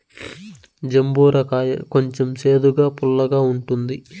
జంబూర కాయ కొంచెం సేదుగా, పుల్లగా ఉంటుంది